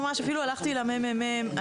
אפילו הלכתי לממ"מ,